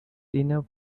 enough